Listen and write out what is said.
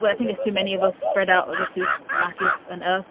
what i think is too many of us spread out over too massive an earth